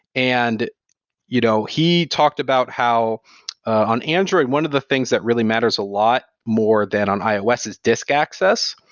and you know he talked about how on android, one of the things that really matters a lot more than on ios is disk access.